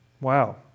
Wow